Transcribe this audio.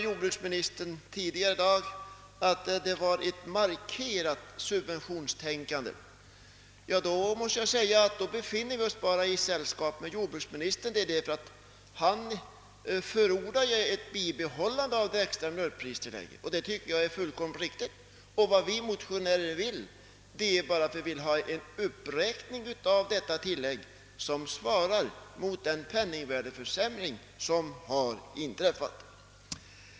Jordbruksministern sade tidigare i dag, att det förekom ett markerat subventionstänkande i frågan. Ja, i så fall befinner vi oss bara i sällskap med jordbruksministern, ty han förordar ju ett bibehållande av det extra mjölkpristillägget. Det tycker jag är fullkomligt riktigt, och vi motionärer vill endast ha en uppräkning av tillägget som svarar mot den penningvärdeförsämring som skett.